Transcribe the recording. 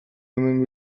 hemen